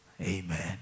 Amen